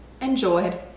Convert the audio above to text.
enjoyed